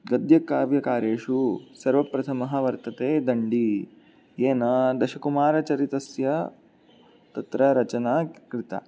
गद्यकाव्यकारेषु सर्वप्रथमः वर्तते दण्डी येन दशकुमारचरितस्य तत्र रचना कृता